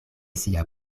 sia